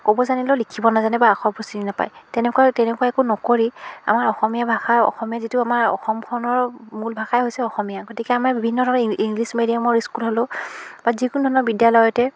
ক'ব জানিলেও লিখিব নাজানে বা আখৰবোৰ চিনি নাপায় তেনেকুৱা তেনেকুৱা একো নকৰি আমাৰ অসমীয়া ভাষাৰ অসমীয়া যিটো আমাৰ অসমখনৰ মূল ভাষাই হৈছে অসমীয়া গতিকে আমাৰ বিভিন্ন ধৰণৰ ইং ইংলিছ মিডিয়ামৰ স্কুল হ'লেও বা যিকোনো ধৰণৰ বিদ্যালয়তে